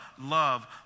love